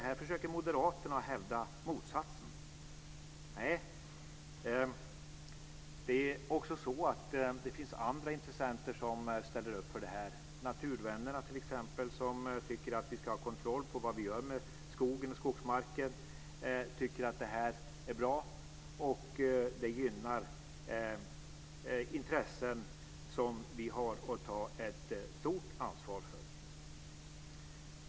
Här försöker moderaterna hävda motsatsen. Nej, det finns också andra intressenter som ställer upp för detta, t.ex. naturvännerna som tycker att vi ska ha kontroll över vad vi gör med skogen och skogsmarken. De tycker att detta är bra, och det gynnar intressen som vi har att ta ett stort ansvar för.